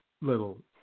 little